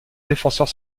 défenseur